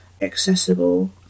accessible